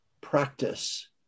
practice